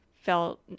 felt